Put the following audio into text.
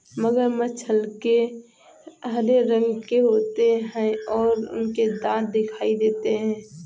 मगरमच्छ हल्के हरे रंग के होते हैं और उनके दांत दिखाई देते हैं